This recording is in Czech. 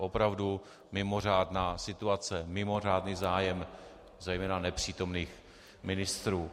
Opravdu mimořádná situace, mimořádný zájem, zejména nepřítomných ministrů.